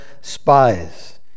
spies